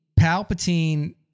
Palpatine